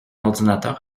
ordinateur